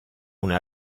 una